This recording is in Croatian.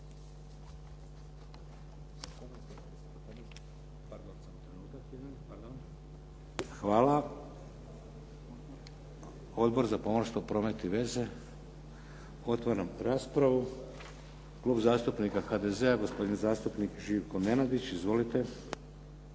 Hvala. Odbor za pomorstvo, promet i veze? Otvaram raspravu. Klub zastupnika HDZ-a, gospodin zastupnik Živko Nenadić.